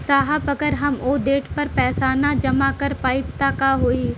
साहब अगर हम ओ देट पर पैसाना जमा कर पाइब त का होइ?